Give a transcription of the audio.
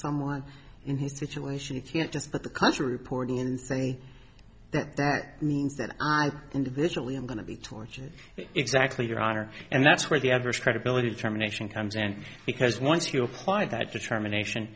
someone in his situation you can't just put the question reporting and say that that means that i individually am going to be tortured exactly your honor and that's where the average credibility determination comes and because once you apply that determination